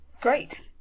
Great